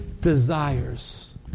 desires